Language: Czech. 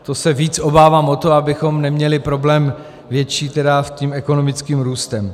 To se víc obávám o to, abychom neměli problém větší s tím ekonomickým růstem.